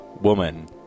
woman